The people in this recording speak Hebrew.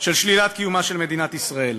של שלילת קיומה של מדינת ישראל.